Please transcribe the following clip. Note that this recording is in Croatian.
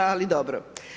Ali dobro.